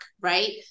right